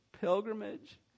pilgrimage